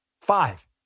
Five